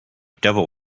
devil